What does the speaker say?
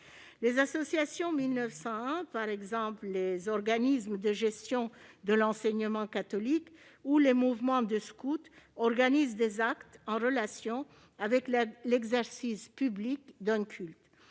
Les associations loi 1901, par exemple les organismes de gestion de l'enseignement catholique ou les mouvements de scouts, organisent des actes en relation avec l'exercice public d'un culte.